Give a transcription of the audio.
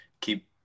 keep